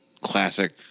classic